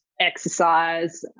exercise